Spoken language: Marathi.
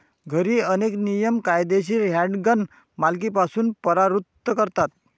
घरी, अनेक नियम कायदेशीर हँडगन मालकीपासून परावृत्त करतात